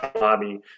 lobby